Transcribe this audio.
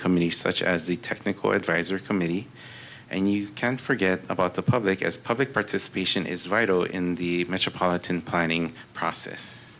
committee such as the technical advisory committee and you can't forget about the public as public participation is vital in the metropolitan planning process